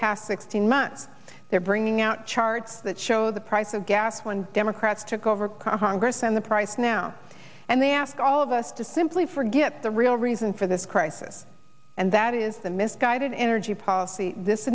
past sixteen months they're bringing out charts that show the price of gas when democrats took over congress and the price now and they ask all of us to simply forget the real reason for this crisis and that is the misguided energy policy this